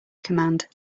command